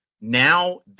now